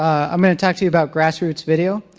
i'm gonna talk to you about grassroots video.